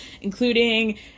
including